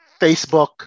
Facebook